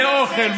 כלי אוכל,